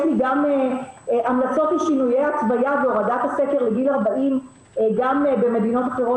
יש לי גם המלצות לשינויי התוויה והורדת הסקר לגיל 40 גם במדינות אחרות,